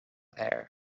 air